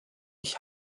ich